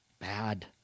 bad